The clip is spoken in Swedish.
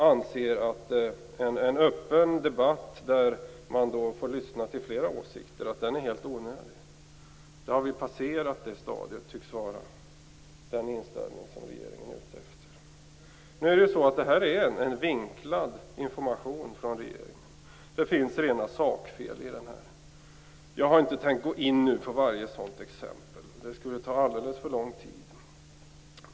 Regeringen tycks ha inställningen att vi har passerat det stadiet. Den här broschyren utgör en vinklad information från regeringen. Det finns rena sakfel i den. Jag hade nu inte tänkt att gå in på varje sådant exempel. Det skulle ta alldeles för lång tid.